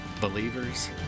Believers